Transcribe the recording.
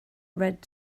red